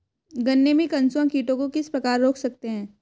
गन्ने में कंसुआ कीटों को किस प्रकार रोक सकते हैं?